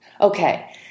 Okay